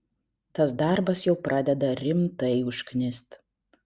tas darbas jau pradeda rimtai užknist